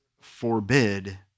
forbid